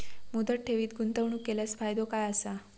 मुदत ठेवीत गुंतवणूक केल्यास फायदो काय आसा?